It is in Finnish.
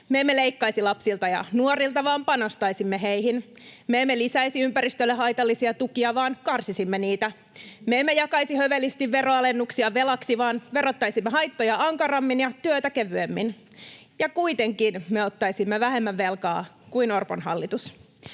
Me emme leikkaisi lapsilta ja nuorilta, vaan panostaisimme heihin. Me emme lisäisi ympäristölle haitallisia tukia, vaan karsisimme niitä. Me emme jakaisi hövelisti veronalennuksia velaksi, vaan verottaisimme haittoja ankarammin ja työtä kevyemmin. Ja kuitenkin me ottaisimme vähemmän velkaa kuin Orpon hallitus.